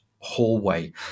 hallway